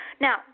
Now